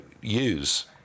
use